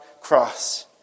cross